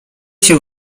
się